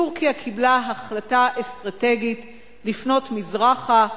טורקיה קיבלה החלטה אסטרטגית לפנות מזרחה,